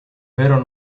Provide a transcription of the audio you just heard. vero